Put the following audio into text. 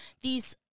these-